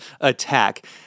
attack